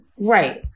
Right